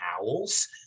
owls